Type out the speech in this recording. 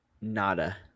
Nada